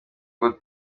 ukunda